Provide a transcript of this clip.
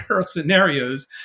scenarios